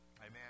Amen